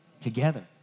together